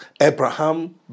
Abraham